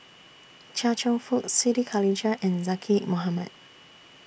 Chia Cheong Fook Siti Khalijah and Zaqy Mohamad